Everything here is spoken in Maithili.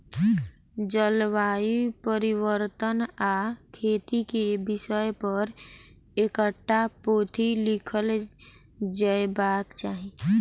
जलवायु परिवर्तन आ खेती के विषय पर एकटा पोथी लिखल जयबाक चाही